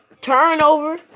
Turnover